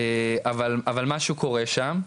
אבל משהו קורה שם.